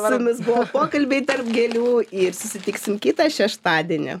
su mumis buvo pokalbiai tarp gėlių ir susitiksim kitą šeštadienį